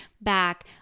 back